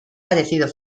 parecido